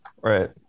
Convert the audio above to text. Right